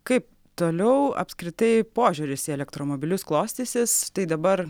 kaip toliau apskritai požiūris į elektromobilius klostysis tai dabar